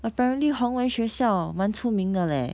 apparently 宏文学校蛮出名的 leh